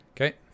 Okay